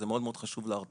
זה מאוד מאוד חשוב להרתעה.